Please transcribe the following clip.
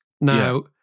Now